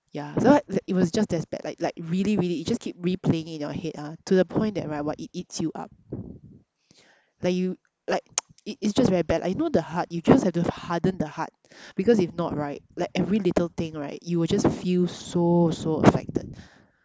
ya so what it was just that bad like like really really it just keep replaying in your head ah to the point that right !wah! it eats you up that you like it it's just very bad lah you know the heart you just have to harden the heart because if not right like every little thing right you will just feel so so affected